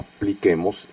apliquemos